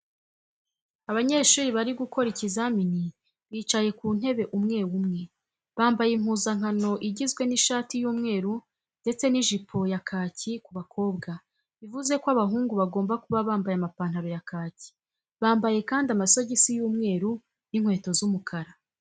Abanyeshuri bari gukora ikizamini, bicaye ku ntebe umwe umwe. Bambaye impuzankano igizwe n'ishati y'umweru ndetse n'ijipo ya kaki ku bakobwa, bivuze ko abahungu bagomba kuba bambaye amapantaro ya kaki. Bambaye kandi amasogisi y'umweru n'inkweto z'umukara.